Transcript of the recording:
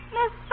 Miss